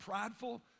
prideful